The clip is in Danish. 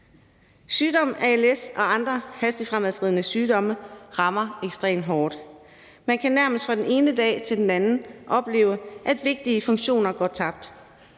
Sygdommen als og andre hastigt fremadskridende sygdomme rammer ekstremt hårdt. Man kan nærmest fra den ene dag til den anden opleve, at vigtige funktioner går tabt,